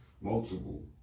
multiple